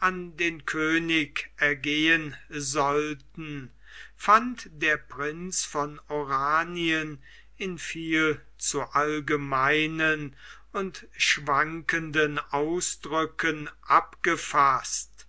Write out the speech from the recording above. an den könig ergehen sollten fand der prinz von oranien in viel zu allgemeinen und schwankenden ausdrücken abgefaßt